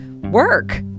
work